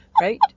Right